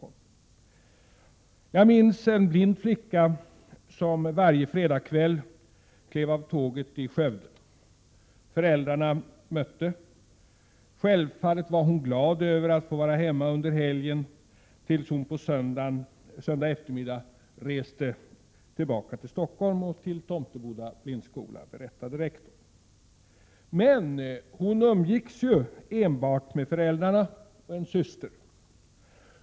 Rektorn berättade att han minns en blind flicka som varje fredagskväll klev av tåget i Skövde, där föräldrarna mötte. Självfallet var hon glad över att få vara hemma under helgen tills hon på söndagseftermiddagen reste tillbaka till Stockholm och Tomteboda blindskola. Hon umgicks enbart med föräldrarna och en syster.